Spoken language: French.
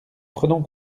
prenons